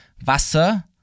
Wasser